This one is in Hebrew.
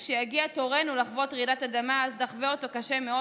כשיגיע תורנו לחוות רעידת אדמה אז נחווה אותה קשה מאוד,